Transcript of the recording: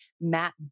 Matt